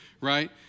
right